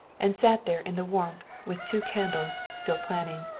and sat there in the warmth with two candles, still planning.